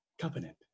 covenant